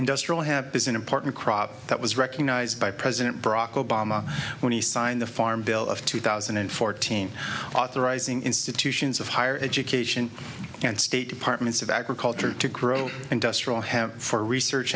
industrial have is an important crop that was recognized by president barack obama when he signed the farm bill of two thousand and fourteen authorizing institutions of higher education and state departments of agriculture to grow industrial have for research